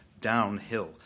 downhill